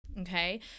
okay